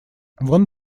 вон